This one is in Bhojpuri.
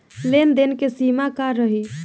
लेन देन के सिमा का रही?